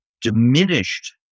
diminished